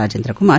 Rajendra Kumar